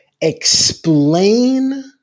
explain